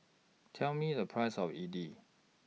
Tell Me The Price of Idili